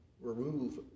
remove